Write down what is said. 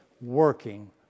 working